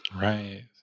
Right